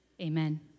Amen